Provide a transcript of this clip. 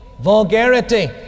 vulgarity